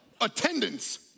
Attendance